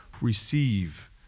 receive